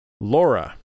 Laura